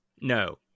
No